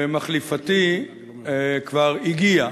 ומחליפתי כבר הגיעה,